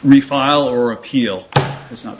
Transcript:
refile or appeal it's not